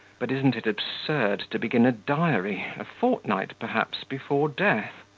but isn't it absurd to begin a diary a fortnight, perhaps, before death?